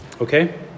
Okay